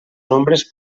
nombres